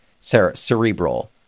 Cerebral